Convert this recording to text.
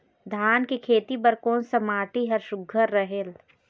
धान के खेती बर कोन सा माटी हर सुघ्घर रहेल?